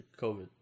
COVID